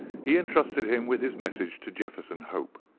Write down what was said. he entrusted him with his message to jefferson hope.